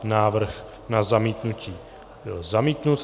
Návrh na zamítnutí byl zamítnut.